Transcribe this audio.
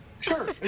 Sure